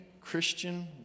Christian